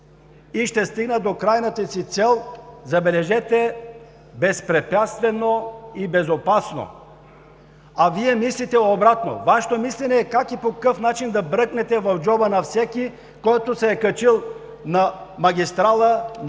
и ще стигна до крайната си цел, забележете, безпрепятствено и безопасно. А Вие мислите обратно – Вашето мислене е как и по какъв начин да бръкнете в джоба на всеки, който се е качил на магистрала, на